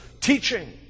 teaching